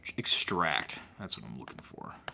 extract, that's what i'm looking for.